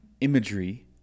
imagery